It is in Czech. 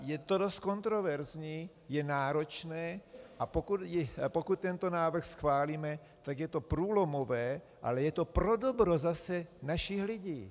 Je to dost kontroverzní, je náročné, a pokud tento návrh schválíme, tak je to průlomové, ale je to pro dobro zase našich lidí.